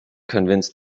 convince